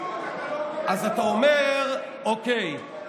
דווקא את הציוץ,